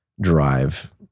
drive